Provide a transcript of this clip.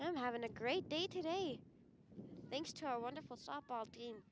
i'm having a great day today thanks to our wonderful softball team